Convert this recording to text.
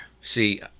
See